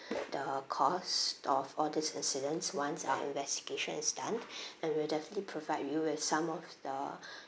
the cause of all these incidents once our investigation is done and we'll definitely provide you with some of the